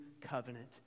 covenant